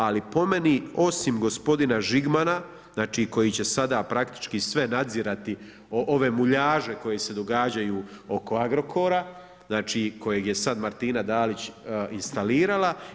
Ali po meni osim gospodina Žigmana, znači koji će sada praktički sve nadzirati ove muljaže koje se događaju oko Agrokora, znači kojeg je sad Martina Dalić instalirala.